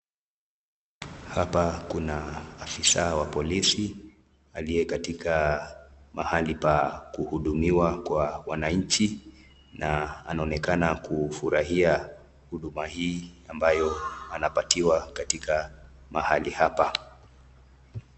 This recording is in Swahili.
Hapa kuna afisa wa polisi aliye katika mahali pa kuhudumiwa kwa wananchi na anaonekana kufurahia huduma hii ambayo anapatiwa katika mahali hapa.